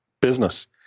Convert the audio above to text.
business